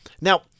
Now –